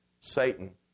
Satan